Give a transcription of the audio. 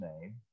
name